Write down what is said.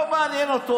לא מעניין אותו.